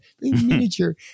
miniature